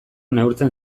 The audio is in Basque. neurtzen